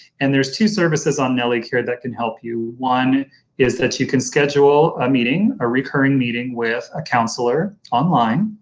and there's two services on nellie care that can help you. one is that you can schedule a meeting, a recurring meeting with a counselor online.